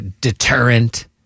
deterrent